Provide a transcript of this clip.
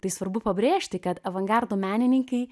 tai svarbu pabrėžti kad avangardo menininkai